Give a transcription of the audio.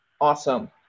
awesome